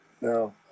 no